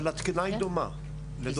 אבל התקינה היא דומה.